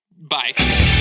bye